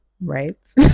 right